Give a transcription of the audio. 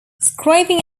scraping